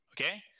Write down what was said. Okay